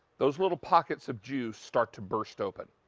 those little pockets of juice start to burst open.